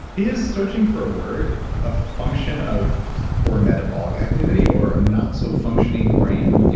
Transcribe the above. is searching for a word a function of poor metabolic activity or a not so functioning brain? yeah